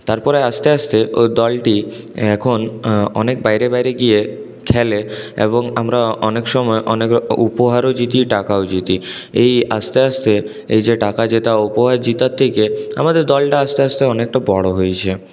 তারপর আস্তে আস্তে ও দলটি এখন অনেক বাইরে বাইরে গিয়ে খেলে এবং আমরা অনেক সময় অনেক উপহারও জিতি টাকাও জিতি এই আস্তে আস্তে এই যে টাকা জেতা উপহার জেতার থেকে আমাদের দলটা আস্তে আস্তে অনেকটা বড় হয়েছে